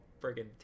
friggin